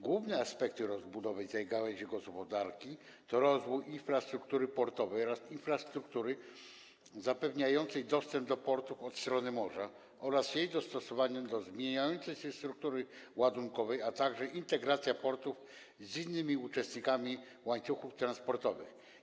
Główne aspekty rozbudowy tej gałęzi gospodarki to rozwój infrastruktury portowej oraz infrastruktury zapewniającej dostęp do portów od strony morza oraz jej dostosowanie do zmieniającej się struktury ładunkowej, a także integracja portów z innymi uczestnikami łańcuchów transportowych.